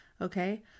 okay